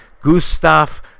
Gustav